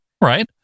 right